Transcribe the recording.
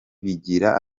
bigira